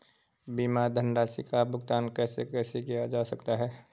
बीमा धनराशि का भुगतान कैसे कैसे किया जा सकता है?